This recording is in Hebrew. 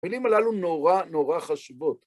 המילים הללו נורא נורא חשובות.